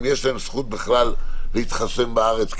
אם יש להם זכות בכלל להתחסן בארץ,